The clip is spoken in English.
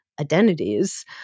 identities